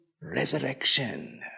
resurrection